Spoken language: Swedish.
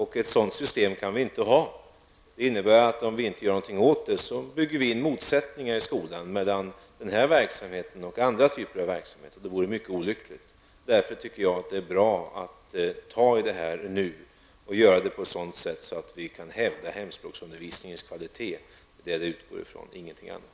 Ett sådant system kan vi inte ha. Det innebär att om vi inte gör någonting åt detta bygger vi in motsättningar mellan den här verksamheten och andra typer av verksamheter i skolan. Det vore mycket olyckligt. Jag tycker därför att det är bra att vi gör någonting åt detta nu och att vi gör det på ett sådant sätt att vi kan hävda hemspråksundervisningens kvalitet. Det är detta vi utgår ifrån, ingenting annat.